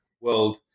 world